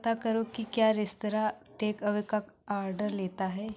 पता करो कि क्या रेस्तराँ टेकअवे का ऑर्डर लेता है